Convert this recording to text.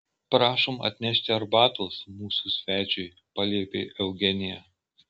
prašom atnešti arbatos mūsų svečiui paliepė eugenija